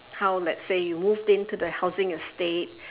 how let's say you moved into the housing estate